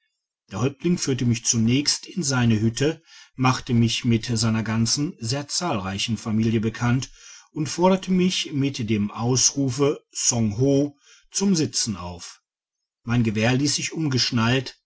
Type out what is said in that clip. der häuptling führte mich zunächst in seine hütte machte mich mit seiner ganzen sehr zahlreichen familie bekannt und forderte mich mit dem ausrufe songho zum sitzen auf mein gewehr hess ich umgeschnallt